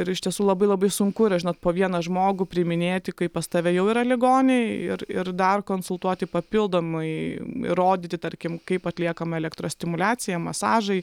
ir iš tiesų labai labai sunku yra žinot po vieną žmogų priiminėti kai pas tave jau yra ligoniai ir ir dar konsultuoti papildomai ir rodyti tarkim kaip atliekama elektrostimuliacija masažai